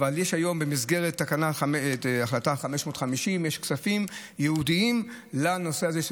אבל יש היום במסגרת החלטה 550 כספים ייעודיים לנושא הזה של